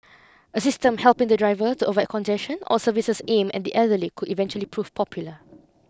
a system helping the driver to avoid congestion or services aimed at the elderly could eventually prove popular